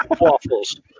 Waffles